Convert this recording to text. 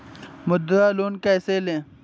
मुद्रा लोन कैसे ले?